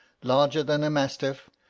larger than a mastiff,